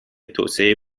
توسعه